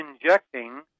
injecting